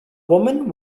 woman